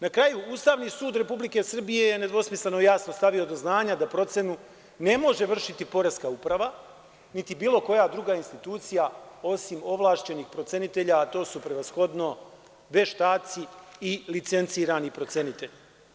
Na kraju, Ustavni sud Republike Srbije je nedvosmisleno jasno stavio do znanja da procenu ne može vršiti poreska uprava, niti bilo koja druga institucija, osim ovlašćenih procenitelja, a to su prevashodno veštaci i licencirani procenitelji.